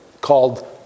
called